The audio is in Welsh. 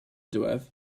diwedd